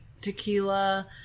tequila